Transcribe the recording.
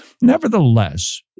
Nevertheless